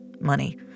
money